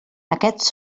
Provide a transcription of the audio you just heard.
aquests